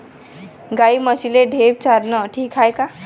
गाई म्हशीले ढेप चारनं ठीक हाये का?